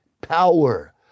power